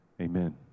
amen